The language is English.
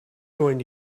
going